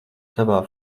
savā